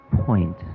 point